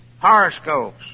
horoscopes